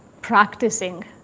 practicing